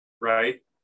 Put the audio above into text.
right